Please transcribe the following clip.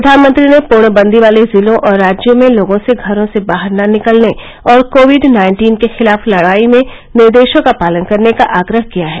प्रधानमंत्री ने पूर्ण बंदी वाले जिलों और राज्यों में लोगों से घरों से बाहर न निकलने और कोविड नाइन्टीन के खिलाफ लड़ाई में निर्देशों का पालन करने का आग्रह किया है